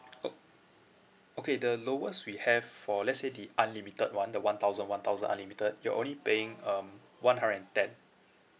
o~ okay the lowest we have for let's say the unlimited one the one thousand one thousand unlimited you're only paying um one hundred and ten